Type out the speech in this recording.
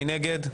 מי נגד?